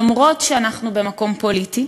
אף שאנחנו במקום פוליטי,